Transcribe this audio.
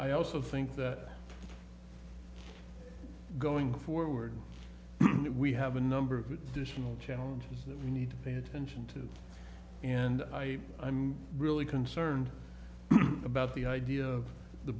i also think that going forward we have a number of different challenges that we need the attention to and i i'm really concerned about the idea of the